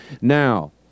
Now